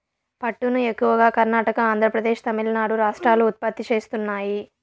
పట్టును ఎక్కువగా కర్ణాటక, ఆంద్రప్రదేశ్, తమిళనాడు రాష్ట్రాలు ఉత్పత్తి చేస్తున్నాయి